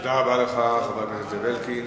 תודה רבה לך, חבר הכנסת זאב אלקין.